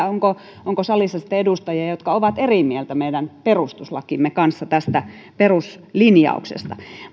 onko onko salissa sitten edustajia jotka ovat eri mieltä meidän perustuslakimme kanssa tästä peruslinjauksesta